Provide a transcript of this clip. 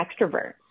extrovert